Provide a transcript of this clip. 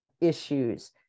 issues